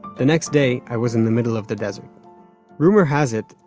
the next day, i was in the middle of the desert rumor has it,